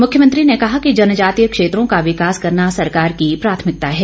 मुख्यमंत्री ने कहा कि जनजातीय क्षेत्रों का विकास करना सरकार की प्राथमिकता है